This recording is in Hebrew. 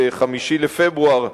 ב-5 בפברואר,